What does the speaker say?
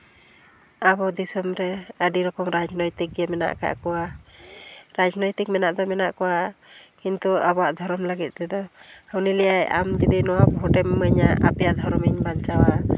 ᱟᱵᱚ ᱫᱤᱥᱚᱢ ᱨᱮ ᱟᱹᱰᱤ ᱩᱛᱟᱹᱨ ᱨᱟᱡᱽ ᱱᱳᱭᱛᱤᱠ ᱢᱮᱱᱟᱜ ᱟᱠᱟᱫ ᱠᱚᱣᱟ ᱨᱟᱡᱽᱱᱳᱭᱛᱤᱠ ᱢᱮᱱᱟᱜ ᱫᱚ ᱢᱮᱱᱟᱜ ᱠᱚᱣᱟ ᱠᱤᱱᱛᱩ ᱟᱵᱚᱣᱟᱜ ᱫᱷᱚᱨᱚᱢ ᱞᱟᱹᱜᱤᱫ ᱛᱮᱫᱚ ᱦᱟᱹᱱᱤ ᱞᱟᱹᱭᱟᱭ ᱟᱢ ᱡᱩᱫᱤ ᱱᱚᱣᱟ ᱵᱷᱳᱴᱮᱢ ᱤᱢᱟᱹᱧᱟ ᱟᱯᱮᱭᱟᱜ ᱫᱷᱚᱨᱚᱢ ᱤᱧ ᱵᱟᱧᱪᱟᱣᱟ